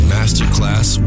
Masterclass